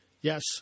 Yes